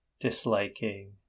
disliking